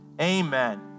amen